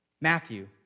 Matthew